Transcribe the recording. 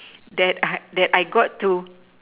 that I that I got to